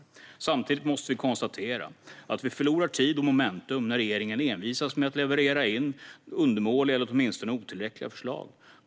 Ett modernt och stärkt skydd för Sveriges säkerhet - ny säker-hetsskyddslag Samtidigt måste vi konstatera att vi förlorar tid och momentum när regeringen envisas med att leverera in undermåliga eller åtminstone otillräckliga förslag.